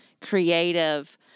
creative